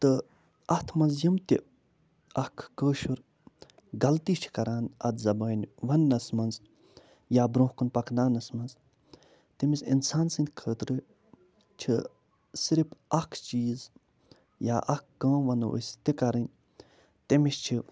تہٕ اتھ منٛز یِم تہِ اکھ کٲشُر غلطی چھِ کَران اتھ زبانہِ ونٛنس منٛز یا برٛونٛہہ کُن پکناونس منٛز تٔمِس اِنسان سنٛدۍ خٲطرٕ چھِ صرف اکھ چیٖز یا اکھ کٲم وَنو أسۍ تہِ کَرٕنۍ تٔمِس چھِ